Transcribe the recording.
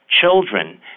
children